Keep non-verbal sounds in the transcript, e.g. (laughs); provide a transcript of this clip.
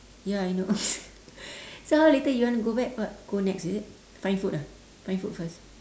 ya I know (laughs) so how later you want to go back what go nex is it find food ah find food first